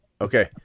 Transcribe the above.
Okay